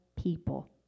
people